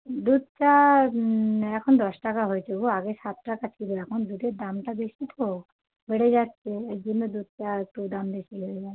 দুধ চা এখন দশ টাকা হয়েছে গো আগে সাত টাকা ছিলো এখন দুধের দামটা বেশি তো বেড়ে যাচ্ছে এর জন্য দুধ চার একটু দাম বেশি হয়ে গেছে